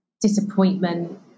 disappointment